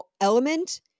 element